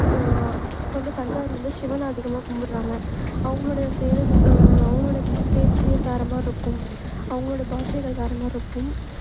இப்போ வந்து தஞ்சாவூர் வந்து சிவன அதிகமாக கும்பிட்றாங்க அவர்களோடைய செயல் அவர்களோட பேச்சே வேறு மாதிரிருக்கும் அவர்களோட பாஷைகள் வேறு மாதிரிருக்கும்